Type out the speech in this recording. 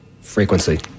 frequency